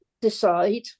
decide